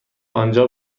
آنجا